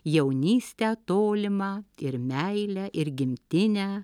jaunystę tolimą ir meilę ir gimtinę